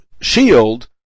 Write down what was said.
shield